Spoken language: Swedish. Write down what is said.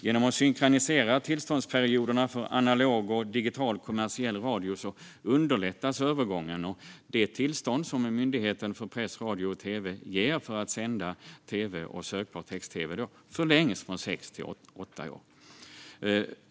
Genom att synkronisera tillståndsperioderna för analog och digital kommersiell radio underlättas övergången. Det tillstånd som Myndigheten för press, radio och tv ger för att sända tv och sökbar text-tv förlängs från sex till åtta år.